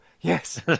Yes